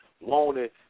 wanted